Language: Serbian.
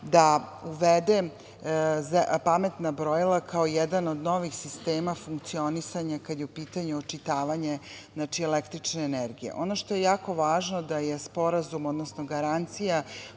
da uvede pametna brojila kao jedan od novih sistema funkcionisanja kad je u pitanju očitavanje električne energije. Ono što je jako važno da je sporazum, odnosno garancija